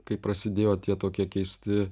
kai prasidėjo tie tokie keisti